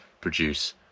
produce